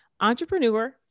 Entrepreneur